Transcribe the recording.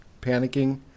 panicking